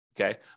Okay